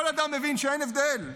כל אדם מבין שאין הבדל.